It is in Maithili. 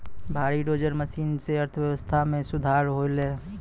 भारी डोजर मसीन सें अर्थव्यवस्था मे सुधार होलय